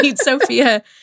Sophia